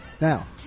Now